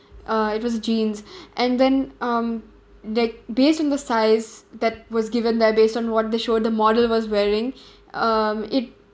uh it was jeans and then um that based on the size that was given there based on what they show the model was wearing um it